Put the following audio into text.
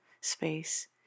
space